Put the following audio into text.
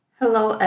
hello